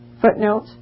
footnote